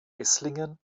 esslingen